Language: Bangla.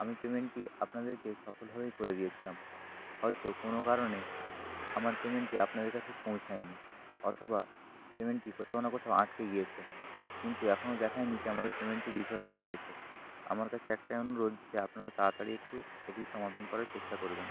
আমি পেমেন্টটি আপনাদেরকে সফলভাবেই করে দিয়েছিলাম হয়তো কোনো কারণে আমার পেমেন্টটি আপনাদের কাছে পৌঁছায় নি অথবা পেমেন্টটি কোথাও না কোথাও আটকে গিয়েছে কিন্তু এখনও দেখায় নি যে আমাদের পেমেন্টটি বিফল হয়ে গিয়েছে আমার কাছে একটাই অনুরোধ যে আপনারা তাড়াতাড়ি একটু এটির সমাধান করার চেষ্টা করবেন